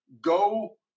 go